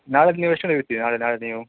ನಾಳೆ ನೀವು ಎಷ್ಟು ಗಂಟೆಗೆ ಇರ್ತೀರಾ ನಾಳೆ ನಾಳೆ ನೀವು